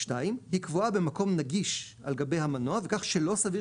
היא קבועה במקום נגיש על גבי המנוע וכך שלא סביר